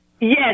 Yes